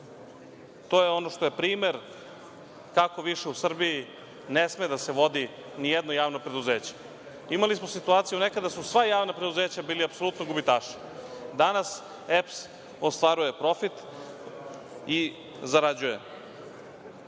to je ono što je primer kako više u Srbiji ne sme da se vodi nijedno javno preduzeće. Imali smo situaciju, nekada su sva javna preduzeća bila apsolutni gubitaši. Danas EPS ostvaruje profit i zarađuje.